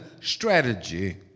strategy